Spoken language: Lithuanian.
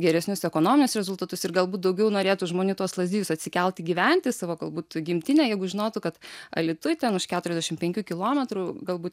geresnius ekonominius rezultatus ir galbūt daugiau norėtų žmonių į tuos lazdijus atsikelti gyventi savo galbūt gimtinę jeigu žinotų kad alytuj ten už keturiasdešim penkių kilometrų galbūt